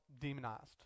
demonized